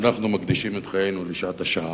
שאנחנו מקדישים את חיינו לשעת השעה,